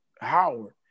Howard